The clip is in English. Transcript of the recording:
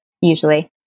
usually